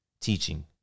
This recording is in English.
teaching